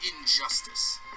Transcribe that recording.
injustice